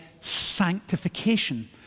sanctification